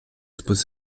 expose